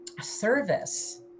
service